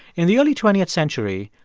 in the early twentieth century,